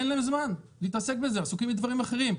אין להם זמן להתעסק בזה עכשיו והם עסוקים בדברים אחרים.